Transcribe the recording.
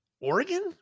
oregon